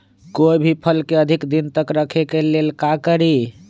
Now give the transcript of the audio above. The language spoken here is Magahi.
कोई भी फल के अधिक दिन तक रखे के ले ल का करी?